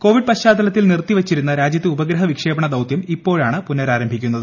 Covid പൃശ്ചാത്തലത്തിൽ നിർത്തിവച്ചിരുന്ന രാജ്യത്തെ ഉപഗ്രഹൃപ്പിക്ഷേപണ ദൌത്യം ഇപ്പോഴാണ് പുനരാരംഭിക്കുന്നത്